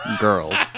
Girls